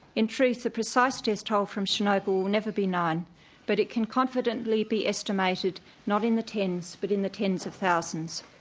in truth, the precise death tole from chernobyl will never be known but it can confidently be estimated not in the tens but in the tens of thousands.